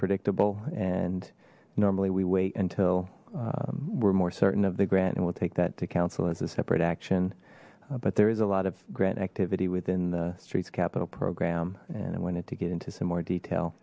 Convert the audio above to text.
predictable and normally we wait until we're more certain of the grant and we'll take that to council as a separate action but there is a lot of grant activity within the streets capital program and i wanted to get into some more detail